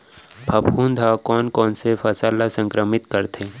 फफूंद ह कोन कोन से फसल ल संक्रमित करथे?